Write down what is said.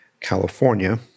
California